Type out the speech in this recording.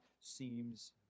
seems